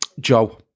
Joe